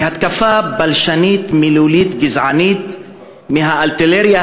להתקפה בלשנית מילולית גזענית מהארטילריה